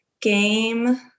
game